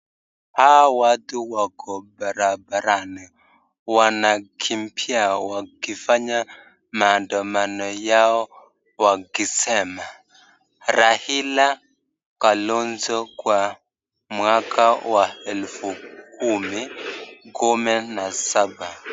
Hawa watu wako barabarani wanakimbia wakifanya maandamano yao wakisema Raila Kalonzo kwa mwaka wa elfu kumi, kumi na saba.